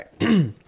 right